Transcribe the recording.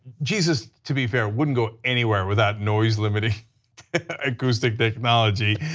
jesus, to be fair, wouldn't go anywhere without noise limiting acoustic technology,